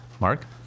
Mark